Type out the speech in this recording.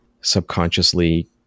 subconsciously